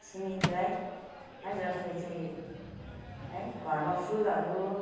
छिमेकीलाई है जस्ले चाहिँ है घरमा फुहरू